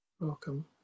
welcome